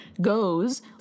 goes